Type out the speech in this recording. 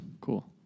Cool